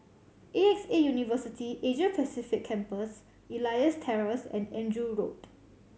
A X A University Asia Pacific Campus Elias Terrace and Andrew Road